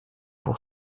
pour